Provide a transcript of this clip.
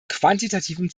quantitativen